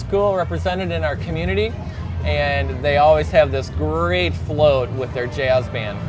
school represented in our community and they always have this great followed with their jazz ban